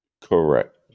Correct